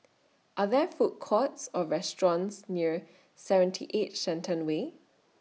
Are There Food Courts Or restaurants near seventy eight Shenton Way